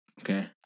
Okay